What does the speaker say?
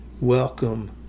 welcome